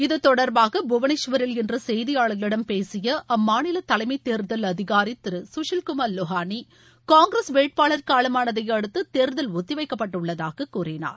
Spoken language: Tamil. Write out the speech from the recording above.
இது தொடர்பாக புவனேஸ்வரில் இன்று செய்தியாளர்களிடம் பேசி அம்மாநில தலைமை தேர்தல் அதிகாரி திரு சுஷில் குமார் லோகனி காங்கிரஸ் வேட்பாளர் காலமானதை அடுத்து தேர்தல் ஒத்திவைக்கப்பட்டுள்ளதாக கூறினார்